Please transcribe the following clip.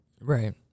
Right